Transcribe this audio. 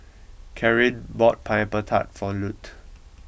Caryn bought pineapple Tart for Lute